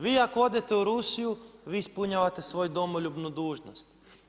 Vi ako odete u Rusiju vi ispunjavate svoju domoljubnu dužnost.